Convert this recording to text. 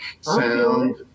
sound